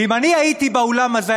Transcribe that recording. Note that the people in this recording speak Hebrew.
ואם אני הייתי באולם הזה,